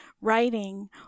writing